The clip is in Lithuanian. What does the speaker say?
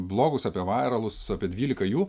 blogus apie vairalus apie dvylika jų